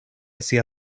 sia